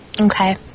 Okay